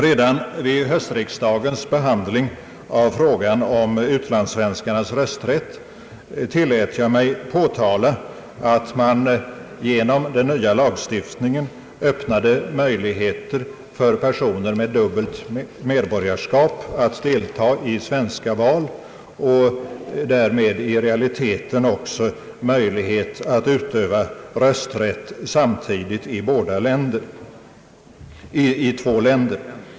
Redan när höstriksdagen behandlade frågan om utlandssvenskarnas rösträtt tillät jag mig påtala att man genom den nya lagstiftningen öppnade möjligheter för personer med dubbelt medborgarskap att delta i svenska val och därmed i realiteten också möjlighet att utöva rösträtt samtidigt i två länder.